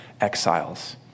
exiles